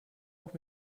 auch